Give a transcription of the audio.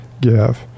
give